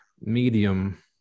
medium